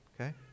okay